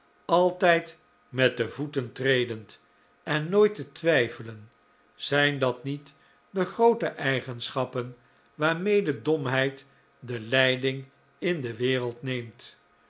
altijd met de voeten tredend en nooit te twijfelen zijn dat niet de groote eigenschappen waarmede domheid de leiding in de wereld neemt